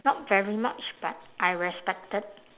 not very much but I respected